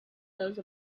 those